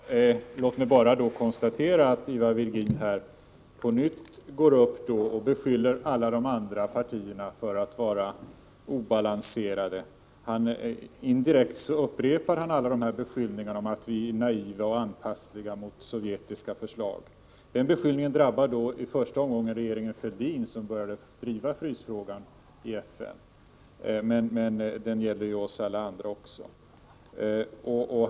Herr talman! Låt mig bara konstatera att Ivar Virgin här på nytt beskyller alla de andra partierna för att vara obalanserade. Indirekt upprepar han alla beskyllningarna om att vi är naiva och anpassliga mot sovjetiska förslag. Beskyllningen drabbar i första omgången regeringen Fälldin, som började driva frysfrågan i FN, men den gäller oss alla andra också.